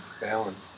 balance